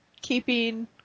keeping